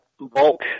bulk